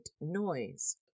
noise